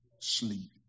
sleep